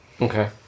Okay